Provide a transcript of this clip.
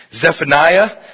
Zephaniah